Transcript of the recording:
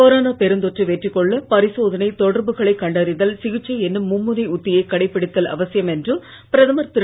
corona பெருந்தொற்றை வெற்றி கொள்ள பரிசோதனை தொடர்புகளைக் கண்டறிதல் சிகிச்சை என்னும் மும்முனை உத்தியை கடைபிடித்தல் அவசியம் என்று பிரதமர் திரு